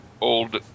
old